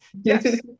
Yes